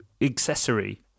accessory